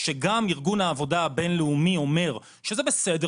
כשגם ארגון העבודה הבינלאומי אומר שזה בסדר